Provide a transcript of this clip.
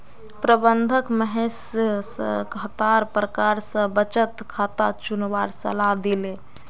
प्रबंधक महेश स खातार प्रकार स बचत खाता चुनवार सलाह दिले